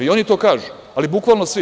I oni to kažu, ali bukvalno svi.